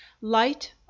light